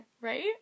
Right